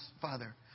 father